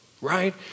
right